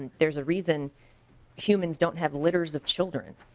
there is a reason humans dont have litters of children.